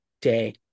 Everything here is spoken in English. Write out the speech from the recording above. day